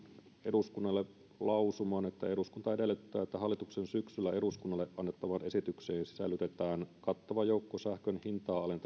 eduskunnalle lausuman eduskunta edellyttää että hallituksen syksyllä eduskunnalle annettavaan esitykseen sisällytetään kattava joukko sähkön hintaa alentavia